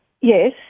Yes